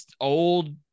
old